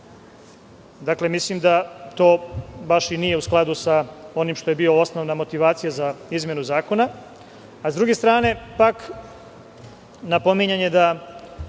struke? Mislim da to baš i nije u skladu sa onim što je bila osnovna motivacija za izmenu zakona.S druge strane pak, napominjanje da